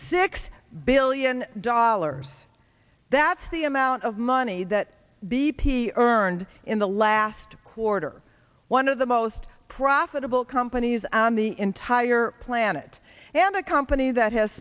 six billion dollars that's the amount of money that b p earned in the last quarter one of the most profitable companies on the entire planet and a company that has